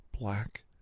black